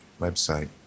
website